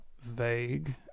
vague